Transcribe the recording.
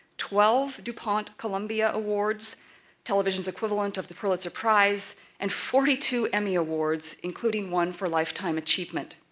twelve dupont-columbia awards television's equivalent of the pulitzer prize and forty two emmy awards, including one for lifetime achievement.